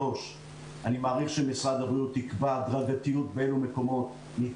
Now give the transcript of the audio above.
אני מעריך שמשרד הבריאות יקבע הדרגתיות בין המקומיות איפה